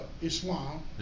Islam